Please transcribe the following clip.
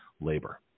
labor